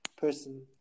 person